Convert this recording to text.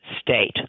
state